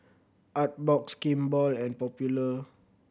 Artbox Kimball and Popular